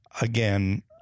again